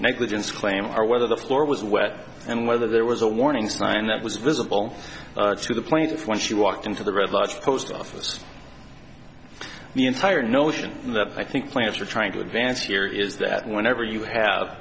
negligence claim or whether the floor was wet and whether there was a warning sign that was visible to the plaintiff when she walked into the red lodge post office the entire notion that i think plants are trying to advance here is that whenever you have